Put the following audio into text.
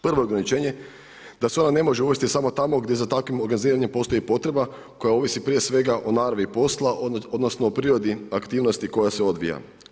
Prvo ograničenje, da se ona ne može uvesti samo tamo gdje za takvim organiziranjem postoji potreba koja ovisi prije svega o naravi posla odnosno o prirodi aktivnosti koja se odvija.